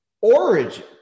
origin